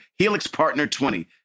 HELIXPARTNER20